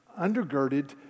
undergirded